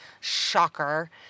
Shocker